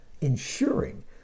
ensuring